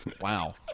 Wow